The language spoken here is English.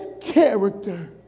character